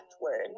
word